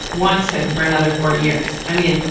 wants him for another four years. i mean,